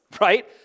right